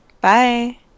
Bye